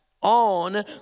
on